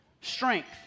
strength